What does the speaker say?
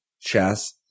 Chess